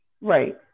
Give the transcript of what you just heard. Right